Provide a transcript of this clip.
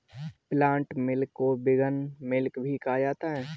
plant milk को vegan milk भी कहा जाता है